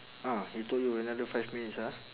ah he told you another five minutes ah